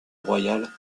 royale